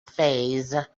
phase